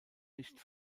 nicht